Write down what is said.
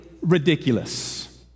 ridiculous